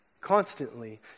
constantly